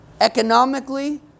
economically